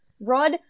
Rod